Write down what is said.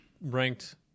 ranked